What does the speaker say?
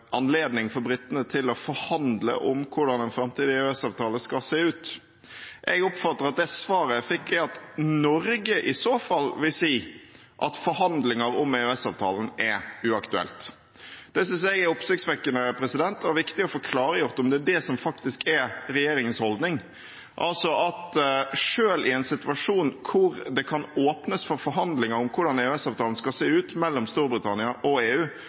anledning for britene til å forhandle om hvordan en framtidig EØS-avtale skal se ut. Jeg oppfatter at det svaret jeg fikk, er at Norge i så fall vil si at forhandlinger om EØS-avtalen er uaktuelt. Det synes jeg er oppsiktsvekkende. Det er viktig å få klargjort om det er det som faktisk er regjeringens holdning, altså at selv i en situasjon hvor det kan åpnes for forhandlinger om hvordan EØS-avtalen skal se ut mellom Storbritannia og EU,